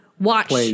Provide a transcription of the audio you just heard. watch